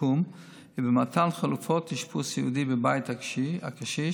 בשיקום ובמתן חלופות אשפוז סיעודי בבית הקשיש,